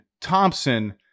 thompson